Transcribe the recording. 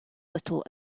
little